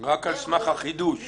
רק על סמך החידוש.